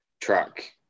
track